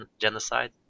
genocide